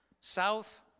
South